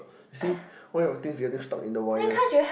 you see all your things getting stuck in the wire